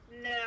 No